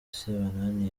sebanani